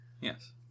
yes